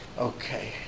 Okay